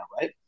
right